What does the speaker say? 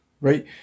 Right